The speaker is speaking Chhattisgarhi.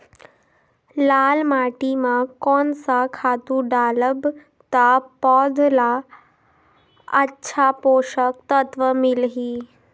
लाल माटी मां कोन सा खातु डालब ता पौध ला अच्छा पोषक तत्व मिलही?